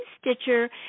Stitcher